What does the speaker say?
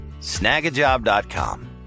Snagajob.com